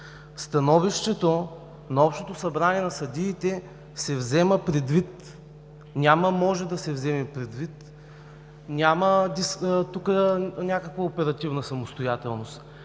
Становището на общото събрание на съдиите се взема предвид. Няма „може да се вземе предвид” – тук няма някаква оперативна самостоятелност!